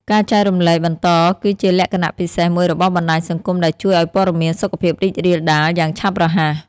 ការចែករំលែកបន្តគឺជាលក្ខណៈពិសេសមួយរបស់បណ្តាញសង្គមដែលជួយឲ្យព័ត៌មានសុខភាពរីករាលដាលយ៉ាងឆាប់រហ័ស។